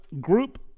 Group